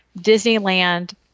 Disneyland